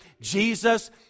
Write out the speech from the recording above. Jesus